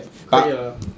不可以的